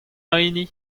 hini